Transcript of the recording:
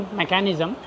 mechanism